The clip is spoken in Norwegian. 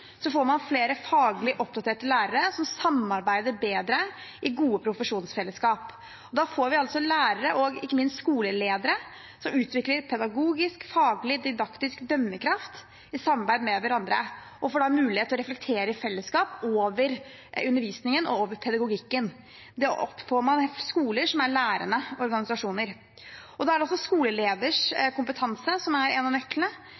får man flere faglig oppdaterte lærere som samarbeider bedre i gode profesjonsfellesskap. Da får vi altså lærere, og ikke minst skoleledere, som utvikler pedagogisk, faglig, didaktisk dømmekraft i samarbeid med hverandre. De får da mulighet til å reflektere i fellesskap over undervisningen og pedagogikken. Da får man skoler som er lærende organisasjoner. Det er altså skoleleders kompetanse som er en av nøklene,